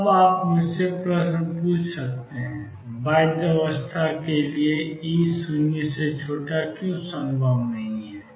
अब आप मुझसे प्रश्न पूछ सकते हैं बाध्य अवस्था के लिए E0 क्यों संभव नहीं है